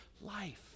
life